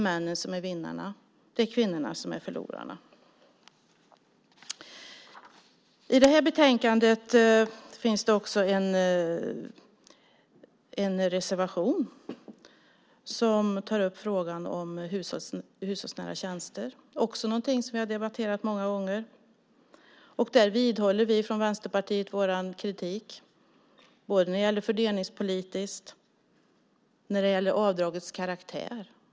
Männen är vinnarna, kvinnorna förlorarna. I betänkandet finns också en reservation som tar upp frågan om hushållsnära tjänster. Även den frågan har jag debatterat många gånger. Från Vänsterpartiet vidhåller vi vår kritik dels vad gäller det fördelningspolitiska, dels vad gäller avdragets karaktär.